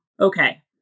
okay